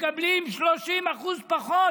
מקבלים 30% פחות.